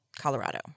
Colorado